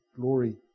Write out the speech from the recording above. glory